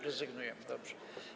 Rezygnuje, dobrze.